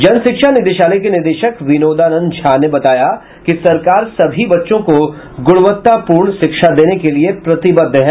जनशिक्षा निदेशालय के निदेशक विनोदानंद झा ने बताया कि सरकार सभी बच्चों को गुणवत्तापूर्ण शिक्षा देने के लिए प्रतिबद्ध है